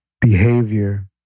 behavior